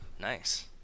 nice